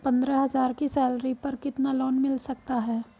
पंद्रह हज़ार की सैलरी पर कितना लोन मिल सकता है?